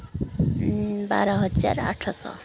ବାର ହଜାର ଆଠଶହ